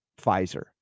pfizer